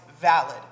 valid